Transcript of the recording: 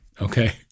Okay